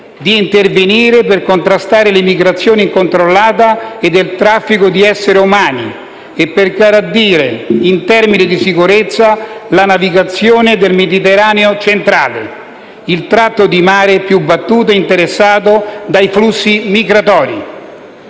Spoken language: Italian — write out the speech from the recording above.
di intervenire per contrastare l'immigrazione incontrollata e il traffico di esseri umani e per garantire in termini di sicurezza la navigazione del Mediterraneo centrale, il tratto di mare più battuto e interessato dai flussi migratori.